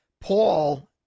Paul